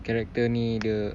character ni dia